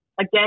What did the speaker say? Again